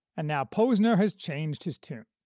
and now posner has changed his tune.